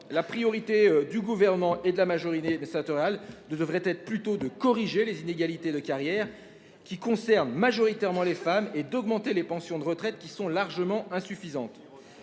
la priorité du Gouvernement et de la majorité sénatoriale devrait plutôt être de corriger les inégalités de carrière, qui concernent majoritairement les femmes, et d'augmenter les pensions de retraite, qui sont largement insuffisantes.